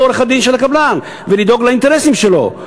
עורך-הדין של הקבלן ולדאוג לאינטרסים שלו,